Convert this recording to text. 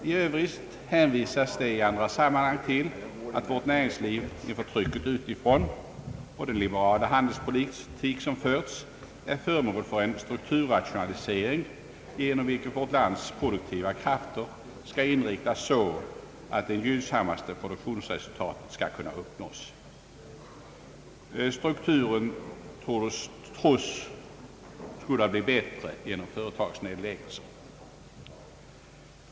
I övrigt hänvisas det i andra sammanhang till att vårt näringsliv inför trycket utifrån och med den liberala handelspolitik som förs är föremål för en strukturrationalisering, genom vilken vårt lands produktiva krafter skall inriktas så, att det gynnsammaste produktionsresultatet skall kunna uppnås. Strukturen tros kunna bli bättre genom företagsnedläggelser.